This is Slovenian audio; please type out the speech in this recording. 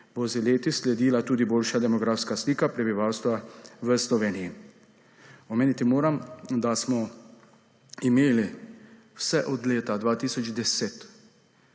bo z leti sledila tudi boljša demografska slika prebivalstva v Sloveniji. Omeniti moram, da smo imeli vse od leta 2010